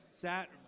sat